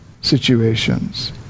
situations